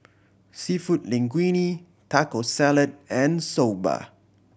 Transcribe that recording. Seafood Linguine Taco Salad and Soba